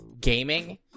gaming